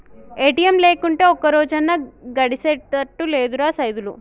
ATM లేకుంటే ఒక్కరోజన్నా గడిసెతట్టు లేదురా సైదులు